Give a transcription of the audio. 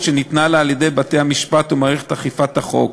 שניתנה לה על-ידי בתי-המשפט ומערכת אכיפת החוק,